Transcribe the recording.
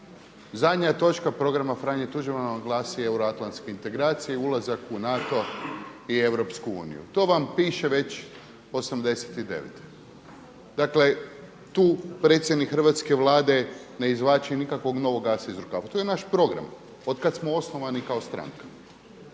Zadnja je točka programa Franje Tuđmana glasila euroatlantske integracije i ulazak u NATO i EU. To vam piše već 89. Dakle tu predsjednik hrvatske Vlade ne izvlači nikakvog novog asa iz rukava, to je naš program od kad smo osnovani kao stranka.